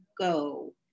go